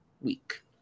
week